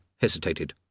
hesitated